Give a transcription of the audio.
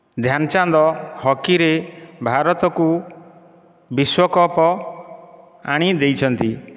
ଧ୍ୟାନଚାନ୍ଦ ହକିରେ ଭାରତକୁ ବିଶ୍ଵକପ୍ ଆଣି ଦେଇଛନ୍ତି